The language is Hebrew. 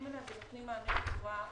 אליהם ונותנים מענה בצורה קונקרטית.